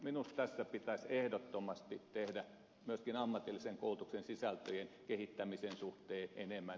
minusta tässä pitäisi ehdottomasti tehdä myöskin ammatillisen koulutuksen sisältöjen kehittämisen suhteen enemmän